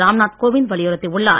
ராம்நாத் கோவிந்த் வலியுறுத்தி உள்ளார்